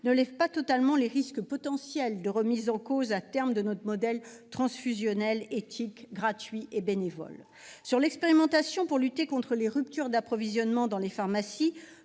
ne lèvent pas totalement les risques potentiels de remise en cause, à terme, de notre modèle transfusionnel éthique, gratuit et bénévole. Pour ce qui est de l'expérimentation destinée à lutter contre les ruptures d'approvisionnement des pharmacies,